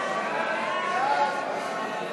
סעיפים 1 7 נתקבלו.